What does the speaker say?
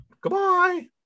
goodbye